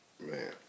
Man